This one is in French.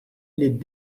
les